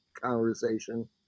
conversation